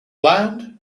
land